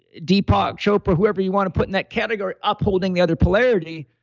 deepak chopra, whoever you want to put in that category upholding the other polarity